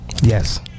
yes